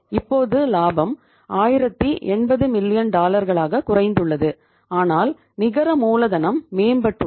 இது 1140 மில்லியன் குறைந்துள்ளது ஆனால் நிகர மூலதனம் மேம்பட்டுள்ளது